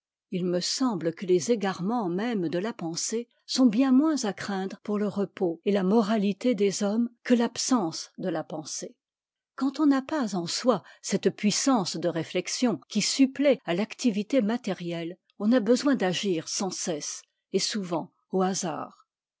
h me semble que les égarements mêmes de la pensée sont bien moins à craindre pour le repos et la moralité des hommes que l'absence de la pensée quand on n'a pas en soi cette puissance de réflexion qui supplée à l'activité matérieiïe on a besoin d'agir sans cesse et souvent au hasard